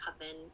coven